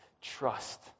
trust